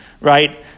right